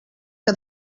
que